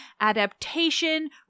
adaptation